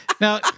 Now